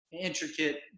intricate